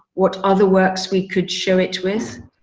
what other works? we could show it with.